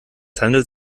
handelt